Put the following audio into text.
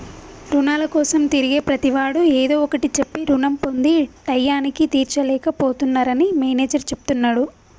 రుణాల కోసం తిరిగే ప్రతివాడు ఏదో ఒకటి చెప్పి రుణం పొంది టైయ్యానికి తీర్చలేక పోతున్నరని మేనేజర్ చెప్తున్నడు